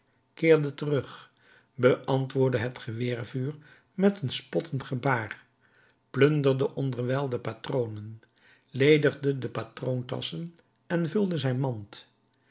keerde terug beantwoordde het geweervuur met een spottend gebaar plunderde onderwijl de patronen ledigde de patroontasschen en vulde zijn mand